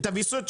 את הוויסות,